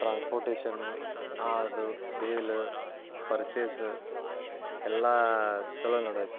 transportation ಅದು sale purchase ಎಲ್ಲ ಚೊಲೋ ನಡ್ದೈತಿ